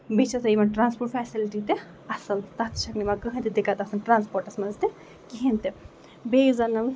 بیٚیہِ چھِ آسان یِمن ٹرانَسپوٚٹ فیسلٹی تہِ اَصٕل اَتھ چھےٚ نہٕ یِوان کٔہینۍ تہِ دِکٹ ٹرانَسپوٹَس منٛز تہِ کِہینۍ تہِ بیٚیہِ زَن یِم